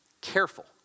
careful